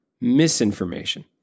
misinformation